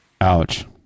ouch